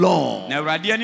Lord